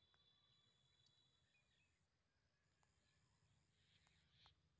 मै खेती कोन बिधी ल करहु कि फसल जादा होही